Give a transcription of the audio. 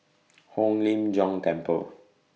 Hong Lim Jiong Temple